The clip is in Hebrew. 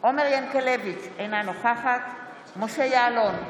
עומר ינקלביץ' אינה נוכחת משה יעלון,